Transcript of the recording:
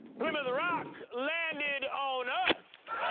plymouth rock landed on us.